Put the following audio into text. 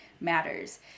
matters